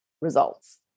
results